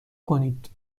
کنید